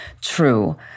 true